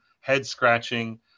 head-scratching